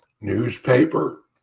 newspaper